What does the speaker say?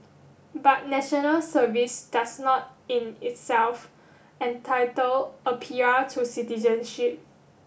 but National Service does not in itself entitle a P R to citizenship